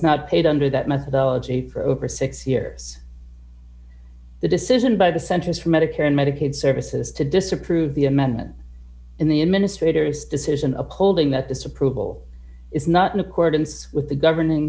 not paid under that methodology for over six years the decision by the centers for medicare and medicaid services to disapprove the amendment in the administrators decision upholding that disapproval is not in accordance with the governing